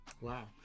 wow